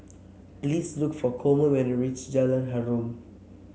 please look for Coleman when you reach Jalan Harum